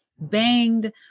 banged